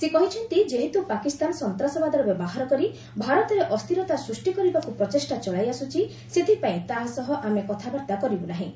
ସେ କହିଛନ୍ତି ଯେହେତୁ ପାକିସ୍ତାନ ସନ୍ତାସବାଦର ବ୍ୟବହାର କରି ଭାରତରେ ଅସ୍ଥିରତା ସୃଷ୍ଟି କରିବାକୁ ପ୍ରଚେଷ୍ଟା ଚଳାଇଆସ୍କୁଛି ସେଥିପାଇଁ ତାହାସହ ଆମେ କଥାବାର୍ତ୍ତା କରିବୁ ନାହିଁ